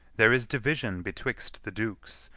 there is division betwixt the dukes,